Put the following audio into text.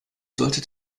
sollte